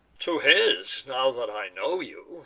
to his, now that i know you.